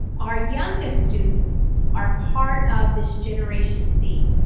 our youngest students are part of this generation z.